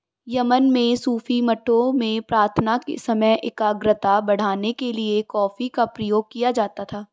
Yemen में सूफी मठों में प्रार्थना के समय एकाग्रता बढ़ाने के लिए कॉफी का प्रयोग किया जाता था